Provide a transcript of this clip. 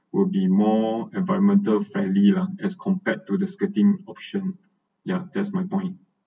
will be more environmental friendly lah as compared to the skirting option ya that's my point